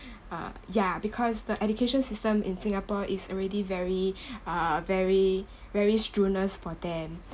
uh yeah because the education system in singapore is already very uh very very strenuous for them